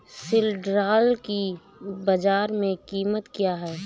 सिल्ड्राल की बाजार में कीमत क्या है?